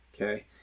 Okay